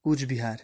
Cooch Behar